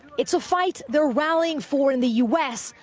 it's a fight they're rallying for in the u s,